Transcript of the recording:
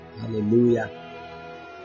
hallelujah